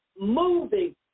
moving